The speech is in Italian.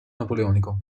napoleonico